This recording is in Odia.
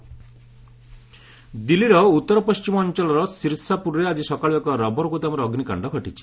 ଦିଲ୍ଲୀ ଫାୟାର ଦିଲ୍ଲୀର ଉତ୍ତରପଣ୍ଟିମ ଅଞ୍ଚଳର ଶିରସାପୁରରେ ଆଜି ସକାଳୁ ଏକ ରବର ଗୋଦାମରେ ଅଗ୍ନିକାଣ୍ଡ ଘଟିଛି